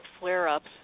flare-ups